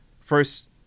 first